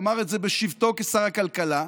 אמר את זה בשבתו כשר הכלכלה,